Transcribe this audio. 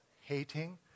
hating